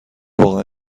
واقعا